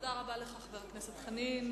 תודה רבה לך, חבר הכנסת חנין.